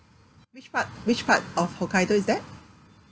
which part which part of hokkaido is that